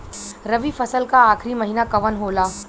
रवि फसल क आखरी महीना कवन होला?